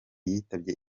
yitabye